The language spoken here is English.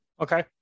Okay